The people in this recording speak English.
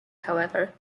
however